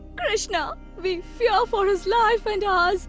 krishna, we fear for his life and ours.